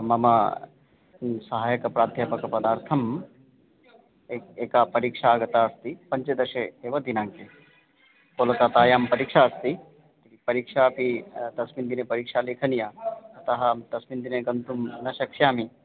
मम किं सहाय्यकः प्राध्यापकपदार्थम् एक् एका परीक्षागता अस्ति पञ्चदशे एव दिनाङ्के कोलकतायां परीक्षा अस्ति परीक्षापि तस्मिन् दिने परीक्षा लेखनीया अतः अहं तस्मिन् दिने गन्तुं न शक्ष्यामि